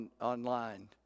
online